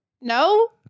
No